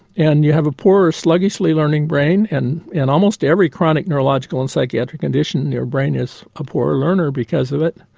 and you have a poor or sluggishly learning brain, and in almost every chronic neurological and psychiatric condition your brain is a poor learner because of it.